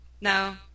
no